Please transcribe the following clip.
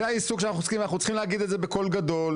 זה העיסוק שאנחנו עוסקים ואנחנו צריכים להגיד את זה בקול גדול,